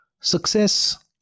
success